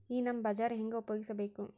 ಈ ನಮ್ ಬಜಾರ ಹೆಂಗ ಉಪಯೋಗಿಸಬೇಕು?